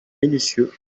minutieux